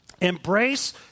Embrace